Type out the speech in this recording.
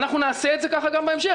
אנחנו נעשה את זה כך גם בהמשך.